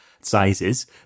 sizes